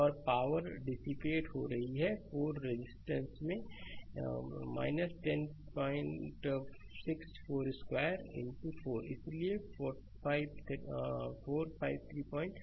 और power dissipate हो रही है 4 रेजिस्टेंस में 1064 स्क्वायर 4 इसलिए 45325 वाट